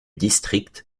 district